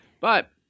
but-